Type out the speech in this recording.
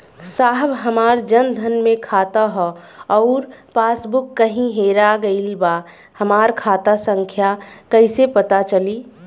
साहब हमार जन धन मे खाता ह अउर पास बुक कहीं हेरा गईल बा हमार खाता संख्या कईसे पता चली?